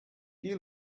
you